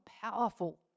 powerful